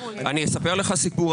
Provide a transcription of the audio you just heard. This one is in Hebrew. אני אספר לך סיפור,